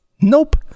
Nope